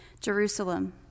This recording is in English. Jerusalem